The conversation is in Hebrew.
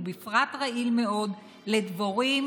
ובפרט רעיל מאוד לדבורים,